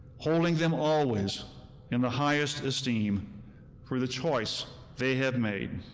holding them always in the highest esteem for the choice they have made.